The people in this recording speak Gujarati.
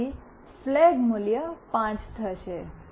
પછી ફ્લેગ મૂલ્ય 5 થશે